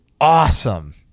awesome